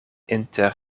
inter